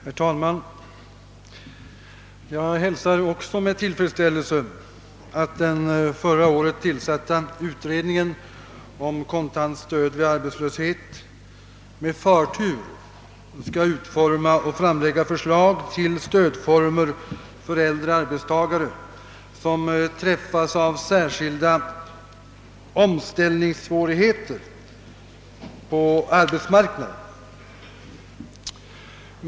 Herr talman! Även jag hälsar med tillfredsställelse att den förra året tillsatta utredningen om kontant stöd vid arbetslöshet skall med förtur utforma och framlägga förslag till stödformer för äldre arbetstagare som träffas av särskilda omställningssvårigheter på arbetsmarknaden.